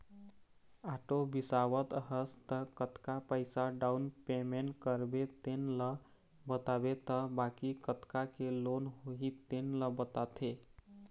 auto बिसावत हस त कतका पइसा डाउन पेमेंट करबे तेन ल बताबे त बाकी कतका के लोन होही तेन ल बताथे